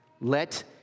let